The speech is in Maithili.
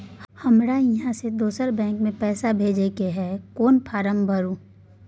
हमरा इहाँ से दोसर बैंक में पैसा भेजय के है, कोन फारम भरू?